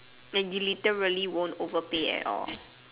and you literally won't overpay at all